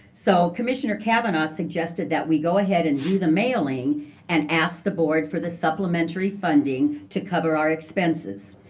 so commissioner cavanaugh suggested that we go ahead and do the mailing and asked the board for the supplementary funding to cover our expenses.